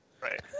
Right